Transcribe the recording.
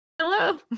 hello